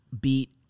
beat